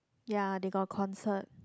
ya they got concert